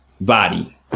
body